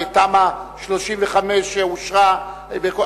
ותמ"א 35 אושרה,